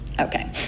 Okay